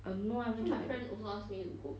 I don't know I haven't tried